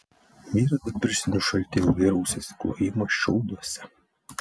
vyras be pirštinių šaltyje ilgai rausėsi klojimo šiauduose